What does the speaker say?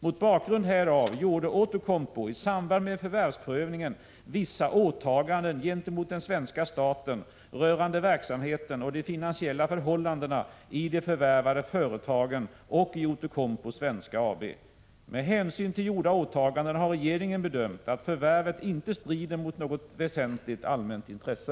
Mot bakgrund härav gjorde Outokumpu i samband med förvärvsprövningen vissa åtaganden gentemot den svenska staten rörande verksamheten och de finansiella förhållandena i de förvärvade företagen och i Outokumpu Svenska AB. Med hänsyn till gjorda åtaganden har regeringen bedömt att förvärvet inte strider mot något väsentligt allmänt intresse.